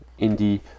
indie